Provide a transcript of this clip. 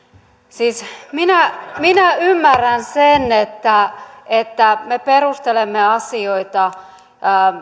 siis minä minä ymmärrän sen että että me perustelemme asioita